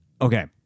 Okay